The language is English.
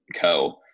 co